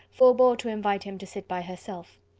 forbore to invite him to sit by herself.